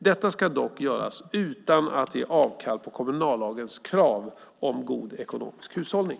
Detta ska dock göras utan att ge avkall på kommunallagens krav på god ekonomisk hushållning.